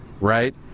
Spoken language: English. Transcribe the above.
Right